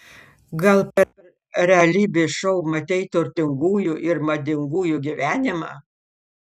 gal per realybės šou matei turtingųjų ir madingųjų gyvenimą